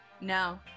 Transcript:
no